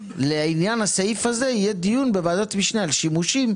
לעניין הסעיף הזה יהיה דיון בוועדת משנה על שימושים,